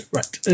Right